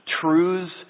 truths